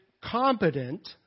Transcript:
competent